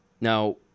Now